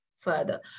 further